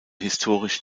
historisch